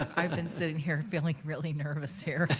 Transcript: ah i've been sitting here feeling really nervous here